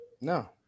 no